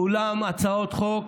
כולן הצעות חוק